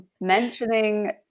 mentioning